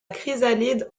chrysalide